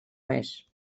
més